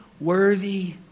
worthy